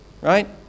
right